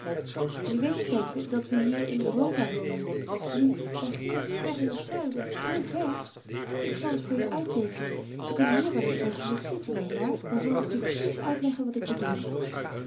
je weet femke dat we hier in europa wonen nu daar ginds ver in t zuiden heel ver ik zal t voor je uitteekenen we kunnen hier wel n oogenblik zitten niet waar dan zal ik je precies uitleggen wat ik bedoel